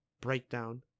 breakdown